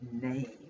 name